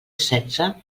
setze